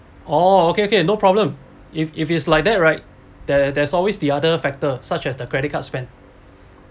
oh okay okay no problem if if it's like that right there there's always the other factors such as the credit card spend